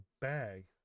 bag